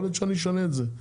יכול להיות שאני אשנה את זה,